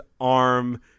arm